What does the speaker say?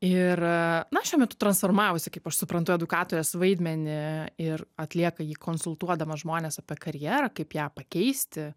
ir na šiuo metu transformavosi kaip aš suprantu edukatorės vaidmenį ir atlieka jį konsultuodama žmones apie karjerą kaip ją pakeisti